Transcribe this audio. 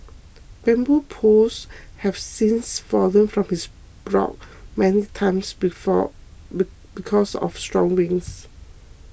bamboo poles have since fallen from his block many times before because of strong winds